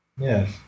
Yes